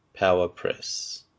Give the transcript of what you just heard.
PowerPress